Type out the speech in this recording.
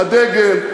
הדגל,